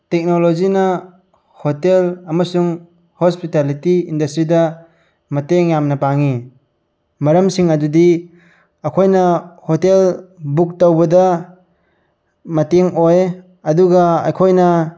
ꯇꯦꯛꯅꯣꯂꯣꯖꯤꯅ ꯍꯣꯇꯦꯜ ꯑꯃꯁꯨꯡ ꯍꯣꯁꯄꯤꯇꯥꯂꯤꯇꯤ ꯏꯟꯗꯁꯇ꯭ꯔꯤꯗ ꯃꯇꯦꯡ ꯌꯥꯝꯅ ꯄꯥꯡꯏ ꯃꯔꯝꯁꯤꯡ ꯑꯗꯨꯗꯤ ꯑꯩꯈꯣꯏꯅ ꯍꯣꯇꯦꯜ ꯕꯨꯛ ꯇꯧꯕꯗ ꯃꯇꯦꯡ ꯑꯣꯏ ꯑꯗꯨꯒ ꯑꯩꯈꯣꯏꯅ